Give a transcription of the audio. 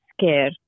scare